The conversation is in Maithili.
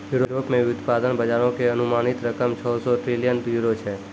यूरोप मे व्युत्पादन बजारो के अनुमानित रकम छौ सौ ट्रिलियन यूरो छै